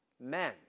Men